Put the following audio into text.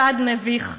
צעד מביך,